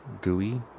gooey